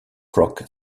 rock